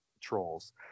trolls